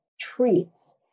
treats